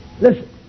Listen